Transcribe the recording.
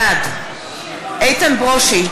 בעד איתן ברושי,